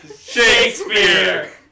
Shakespeare